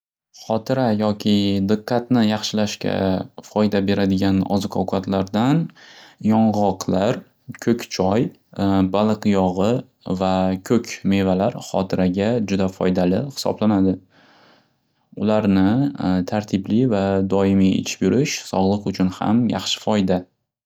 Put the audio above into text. Xotira yoki diqqatni yaxshilashga foyda beradigan oziq ovqatlardan yong'oqlar, ko'k choy, baliq yog'i va ko'k mevalar xotiraga juda foydali xisoblanadi. Ularni tartibli va domiy ichib yurish sog'liq uchun ham yaxshi foyda.